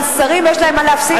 אבל שרים יש להם מה להפסיד.